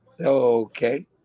okay